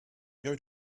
going